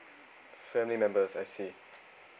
family members I see